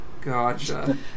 Gotcha